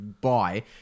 buy